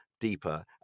deeper